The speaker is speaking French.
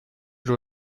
doit